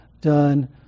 done